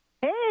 Hey